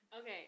Okay